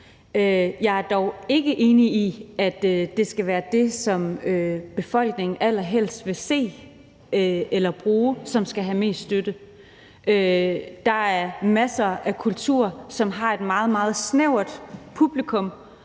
Jeg er dog ikke enig i, at det skal være det, som befolkningen allerhelst vil se eller bruge, som skal have mest støtte. Der er masser af kultur, som har et meget, meget snævert publikum,